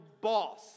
boss